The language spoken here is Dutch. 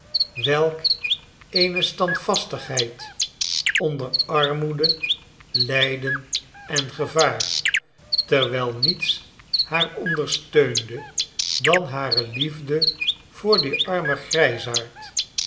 welk eene standvastigheid onder armoede lijden en gevaar terwijl niets haar ondersteunde dan hare liefde voor dien armen grijsaard